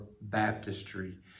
baptistry